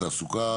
תעסוקה?